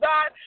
God